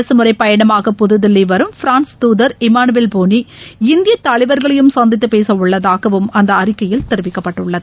அரசு முறை பயணமாக புதுதில்லி வரும் பிரான்ஸ் தூதர் இமானுவேல் போனி இந்திய தலைவர்களையும் சந்தித்து பேச உள்ளதாகவும் அந்த அறிக்கையில் தெரிவிக்கப்பட்டுள்ளது